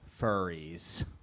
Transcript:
furries